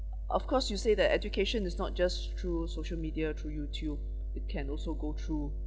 of course you say that education is not just through social media through YouTube it can also go through